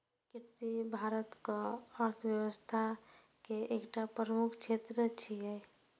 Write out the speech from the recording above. कृषि भारतक अर्थव्यवस्था के एकटा प्रमुख क्षेत्र छियै